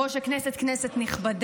יושב-ראש הישיבה, כנסת נכבדה,